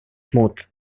smooth